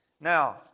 Now